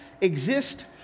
exist